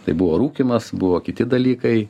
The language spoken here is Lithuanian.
tai buvo rūkymas buvo kiti dalykai